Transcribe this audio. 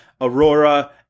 Aurora